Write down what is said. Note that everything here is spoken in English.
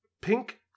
pink